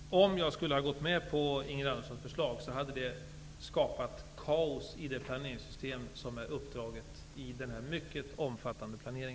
Fru talman! Om jag skulle ha gått med på Ingrid Anderssons förslag, hade det skapat kaos i det planeringssystem som är uppdraget i denna mycket omfattande planering.